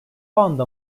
anda